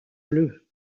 bleue